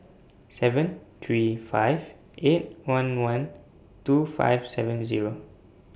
seven three five eight one one two five seven Zero